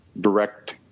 direct